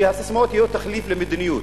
שהססמאות יהיו תחליף למדיניות.